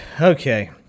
Okay